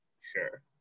sure